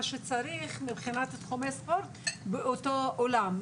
שצריך מבחינת תחומי ספורט באותו אולם.